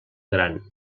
gran